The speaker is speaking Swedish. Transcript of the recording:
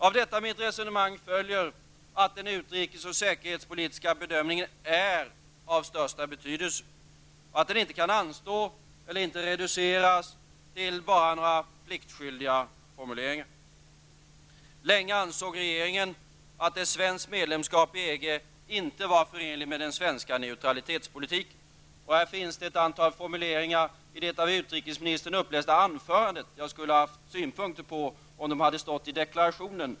Av detta mitt resonemang följer att den utrikes och säkerhetspolitiska bedömingen är av största betydelse, och att den inte kan anstå eller reduceras till bara några pliktskyldiga formuleringar. Länge ansåg regeringen att ett svenskt medlemskap i EG inte var förenligt med den svenska neutralitetspolitiken. Det finns härvidlag ett antal formuleringar i det av utrikesministern upplästa anförandet som jag skulle ha haft synpunkter på om de hade stått i deklarationen.